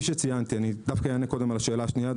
אענה קודם על השאלה השנייה.